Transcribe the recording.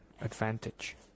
advantage